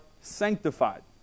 sanctified